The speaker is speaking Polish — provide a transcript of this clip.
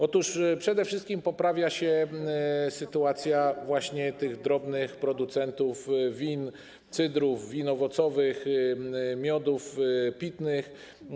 Otóż przede wszystkim poprawia się sytuacja właśnie drobnych producentów win, cydrów, win owocowych, miodów pitnych.